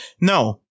no